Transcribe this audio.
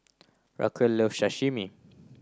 Raquel love Sashimi